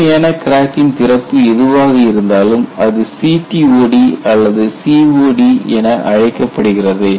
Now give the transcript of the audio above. உண்மையான கிராக்கின் திறப்பு எதுவாக இருந்தாலும் அது CTOD அல்லது COD என அழைக்கப்படுகிறது